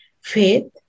faith